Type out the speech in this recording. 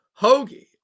Hoagie